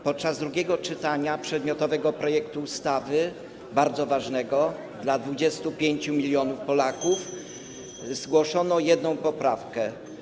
Podczas drugiego czytania przedmiotowego projektu ustawy, bardzo ważnego dla 25 mln Polaków, [[Gwar na sali, dzwonek]] zgłoszono jedną poprawkę.